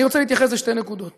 אני רוצה להתייחס לשתי נקודות